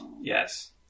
yes